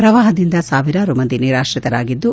ಪ್ರವಾಹದಿಂದ ಸಾವಿರಾರು ಮಂದಿ ನಿರಾತ್ರಿತರಾಗಿದ್ದು